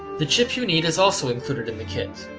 the chip you need is also included in the kit.